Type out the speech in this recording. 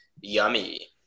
yummy